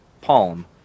palm